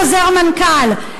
חוזר מנכ"ל,